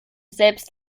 selbst